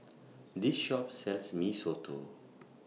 This Shop sells Mee Soto